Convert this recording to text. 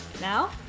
Now